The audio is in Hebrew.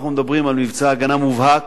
אנחנו מדברים על מבצע הגנה מובהק,